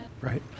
Right